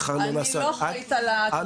אני לא אחראית על התוכנית --- בעיריית נתניה.